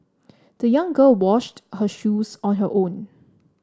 the young girl washed her shoes on her own